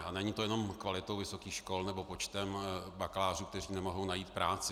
A není to jenom kvalitou vysokých škol nebo počtem bakalářů, kteří nemohou najít práci.